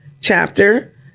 chapter